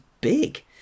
big